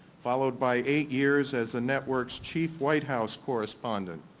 followed by eight years as a network's chief white house correspondent,